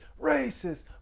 racist